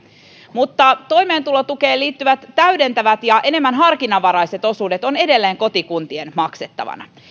mutta toimeentulotukeen liittyvät täydentävät ja enemmän harkinnanvaraiset osuudet ovat edelleen kotikuntien maksettavina